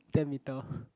ten meter